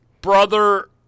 brother